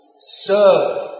served